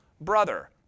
brother